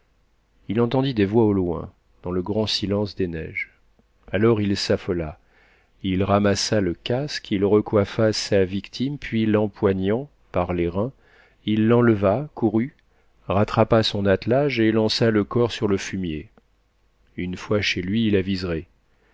il entendit des voix au loin dans le grand silence des neiges alors il s'affola et ramassant le casque il recoiffa sa victime puis l'empoignant par les reins il l'enleva courut rattrapa son attelage et lança le corps sur le fumier une fois chez lui il aviserait